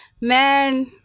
man